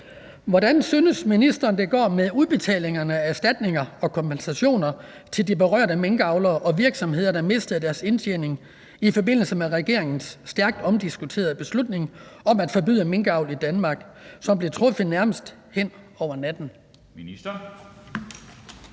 Hvordan synes ministeren det går med udbetalingerne af erstatninger og kompensationer til de berørte minkavlere og virksomheder, der mistede deres indtjening i forbindelse med regeringens stærkt omdiskuterede beslutning om at forbyde minkavl i Danmark, som blev truffet nærmest hen over natten?